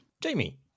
Jamie